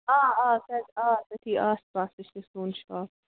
آ آ تَتہِ تٔتھی آس پاسٕے چھُ سون شاپ